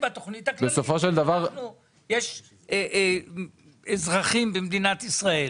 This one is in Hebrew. יש אזרחים במדינת ישראל